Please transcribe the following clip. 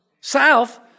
south